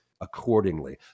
accordingly